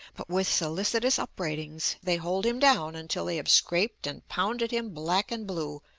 but with solicitous upbraidings they hold him down until they have scraped and pounded him black and blue,